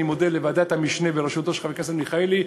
אני מודה לוועדת המשנה בראשותו של חבר הכנסת מיכאלי,